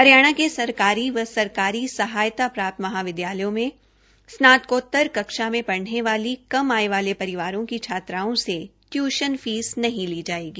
हरियाणा के सरकारी व सरकारी सहायता प्राप्त महाविद्यालयों में स्नातकोतर कक्षा में पढ़ने वाली कम आय वाले परिवारों की छात्राओं से ट्यूशन फीस नहीं ली जायेगी